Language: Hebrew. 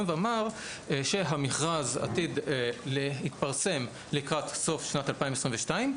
ואמר שהמכרז עתיד להתפרסם לקראת סוף שנת 2022,